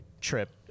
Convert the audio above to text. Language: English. trip